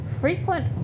frequent